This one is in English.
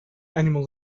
animal